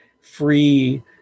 free